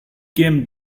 came